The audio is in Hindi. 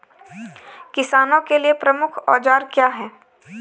किसानों के लिए प्रमुख औजार क्या हैं?